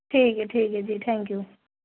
ٹھیک ہے ٹھیک ہے جی تھینک یو